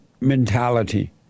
mentality